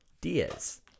Diaz